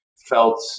felt